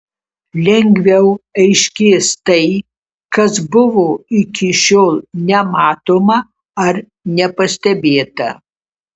lengviau aiškės tai kas buvo iki šiol nematoma ar nepastebėta